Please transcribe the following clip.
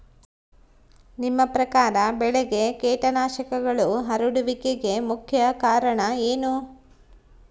ನಿಮ್ಮ ಪ್ರಕಾರ ಬೆಳೆಗೆ ಕೇಟನಾಶಕಗಳು ಹರಡುವಿಕೆಗೆ ಮುಖ್ಯ ಕಾರಣ ಏನು?